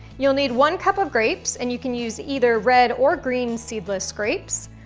you'll need one cup of grapes, and you can use either red or green seedless grapes.